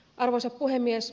arvoisa puhemies